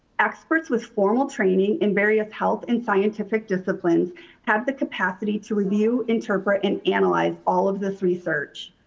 experts with formal training in various health and scientific disciplines have the capacity to review, interpret and analyze all of this research.